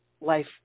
life